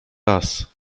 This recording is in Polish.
raz